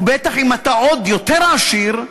ובטח אם אתה עוד יותר עשיר,